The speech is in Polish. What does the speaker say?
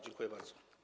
Dziękuję bardzo.